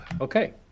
Okay